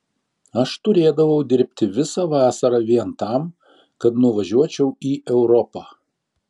aš turėdavau dirbti visą vasarą vien tam kad nuvažiuočiau į europą